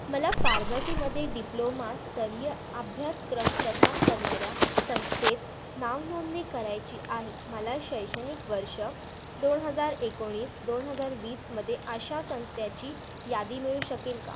मला फार्मसीमध्ये डिप्लोमास्तरीय अभ्यासक्रम प्रदान करणाऱ्या संस्थेत नावनोंदणी करायची आहे मला शैक्षणिक वर्ष दोन हजार एकोणीस दोन हजार वीसमध्ये अशा संस्थाची यादी मिळू शकेल का